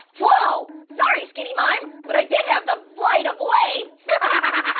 whoa, sorry skinny mime, but i did have the flight of way.